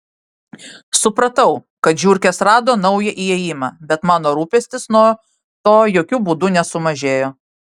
supratau kad žiurkės rado naują įėjimą bet mano rūpestis nuo to jokiu būdu nesumažėjo